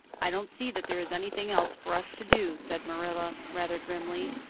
i don't see that there is anything else for us to do, said marilla rather grimly,